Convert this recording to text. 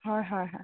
হয় হয় হয়